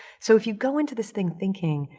so if you go into this thing thinking,